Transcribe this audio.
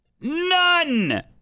None